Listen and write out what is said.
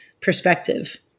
perspective